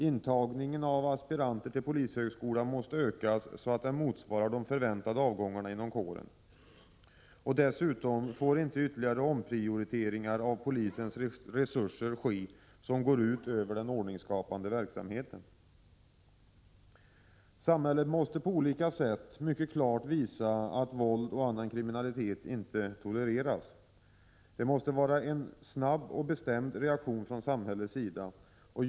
Intagningen av aspiranter till polishögskolan måste ökas, så att den motsvarar de förväntade avgångarna inom kåren. Dessutom får det inte ske ytterligare omprioriteringar av polisens resurser som går ut över den ordningsskapande verksamheten. Samhället måste på olika sätt mycket klart visa att våld och annan kriminalitet inte tolereras. Det måste vara en snabb och bestämd reaktion från samhällets sida.